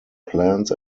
plans